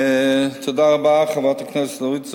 תודה רבה, חברת הכנסת אורית זוארץ.